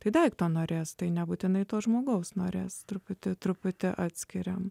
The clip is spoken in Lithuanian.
tai daikto norės tai nebūtinai to žmogaus norės truputį truputį atskiriam